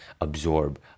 absorb